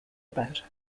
about